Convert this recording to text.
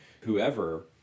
whoever